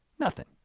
nothing.